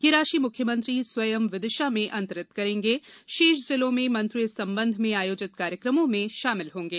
ये राशि मुख्यमंत्री स्वयं विदिशा में अंतरित करेंगे शेष जिलों में मंत्री इस संबंध में आयोजित कार्यक्रमों में शामिल होंगे